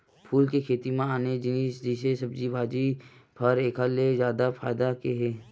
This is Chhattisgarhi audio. फूल के खेती म आने जिनिस जइसे सब्जी भाजी, फर एखर ले जादा फायदा के हे